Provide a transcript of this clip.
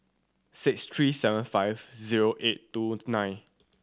six three seven five zero eight two nine